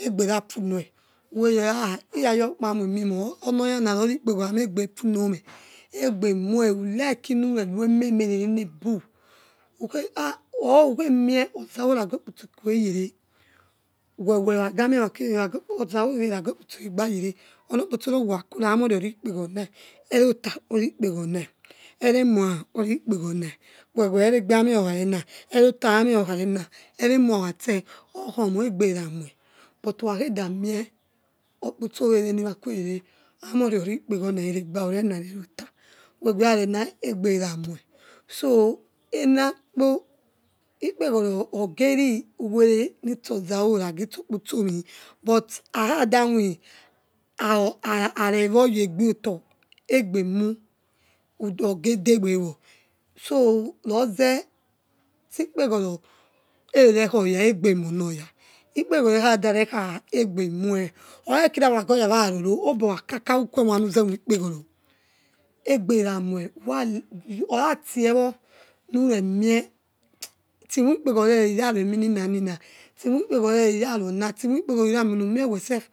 egbera punior, uwere ke tha iatyoripamoirmior onioyama rorikpeghosro, y ama byet egbieuno mae egbe mue wholike, mirerewem reme revenebre khekhe or kuthenic ozawo nigi okoso ekregare reme nagi amie waque gerre ozawa ragi okpotos egba yere owokhakora omori ori kpeghoronal erotaurikp egoronai evemua orikpegoronta wewe enegbit amie averena erotis amie okharens eve wooking tise oko omo egberamu e but ukhahedamie ok potos wewe niwr kuwegere anori orikpegaroneri ergia ovenari eroto neewearmens egbera wo so enatpo ikreeghoro ogieriwayce nitsi oreposto nagi ozawa oge mil but hakhade moi are re egbeowo ey oto egbemu udo egedegbewo so roze sti kpegoro ede rekhoya egbemut cniaya lepeghor ekhade rekha egbe mue okharekira wena gi onoya wamond obokhakha ukywenu andzemoi ik pegoro eg beramue apatiwo nuremie tie imoikpegone irairyeminaraing markegoro set irarions who mie we self.